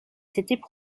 s’étaient